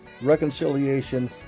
Reconciliation